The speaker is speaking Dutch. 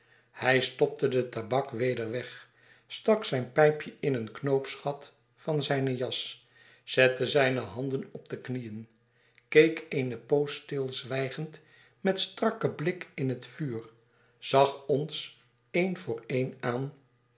hij stopte de tabak weder weg stak zijn pijpje in een knoopsgat van zijne jas zette zijne handen op de knieen keek eene poos stilzwijgend met strakken blik in het vuur zag ons een voor een aan